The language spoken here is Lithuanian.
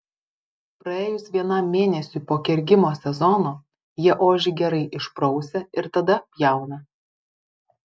praėjus vienam mėnesiui po kergimo sezono jie ožį gerai išprausia ir tada pjauna